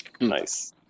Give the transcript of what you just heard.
Nice